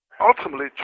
ultimately